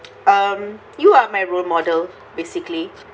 um you are my role model basically